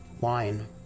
wine